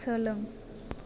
सोलों